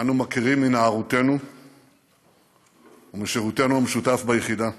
ואנו מכירים מנערותנו ומשירותנו המשותף ביחידה.